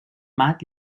mat